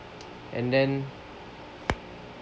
and then